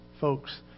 folks